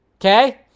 Okay